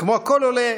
כמו כל עולה,